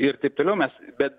ir taip toliau mes bet